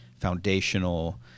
foundational